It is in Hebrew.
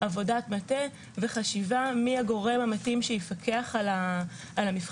עבודת מטה וחשיבה מי הגורם המתאים שיפקח על המבחנים.